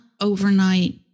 overnight